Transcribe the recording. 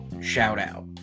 shout-out